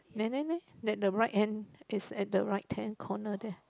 that man eh the right hand is at the right hand corner there